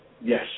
Yes